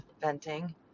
venting